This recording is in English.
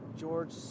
george